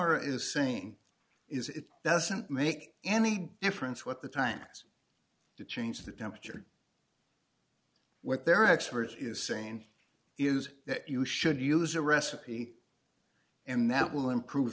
maher is saying is it doesn't make any difference what the times to change the temperature what their expert is saying is that you should use a recipe and that will improve